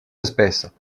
espèces